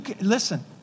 Listen